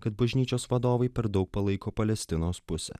kad bažnyčios vadovai per daug palaiko palestinos pusę